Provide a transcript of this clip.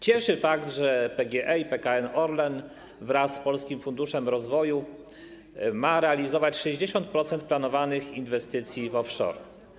Cieszy fakt, że PGE i PKN Orlen wraz z Polskim Funduszem Rozwoju ma realizować 60% planowanych inwestycji w offshore.